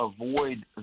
avoid